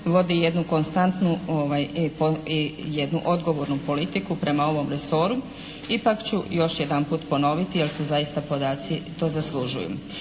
uvodi jednu konstantnu i jednu odgovornu politiku prema ovom resoru, ipak ću još jedanput ponoviti jer su zaista podaci to zaslužuju.